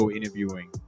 interviewing